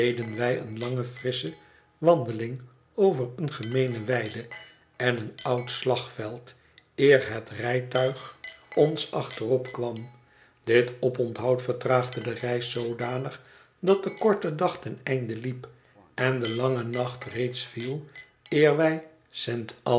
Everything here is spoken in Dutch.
wij eene lange frissche wandeling over eene gemeene weide en een oud slagveld eer het rijtuig ons achterop kwam dit oponthoud vertraagde de reis zoodanig dat de korte dag ten einde liep en de lange nacht reeds viel eer wij